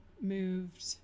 moved